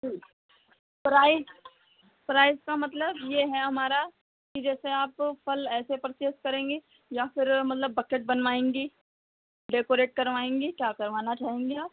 जी prize prize का मतलब यह है हमारा कि जैसे आप फल ऐसे पर्चेज़ करेंगी या फिर मतलब बकेट बनवाएँगी डेकोरेट करवाएँगी क्या करवाना चाहेंगी आप